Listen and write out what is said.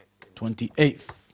28th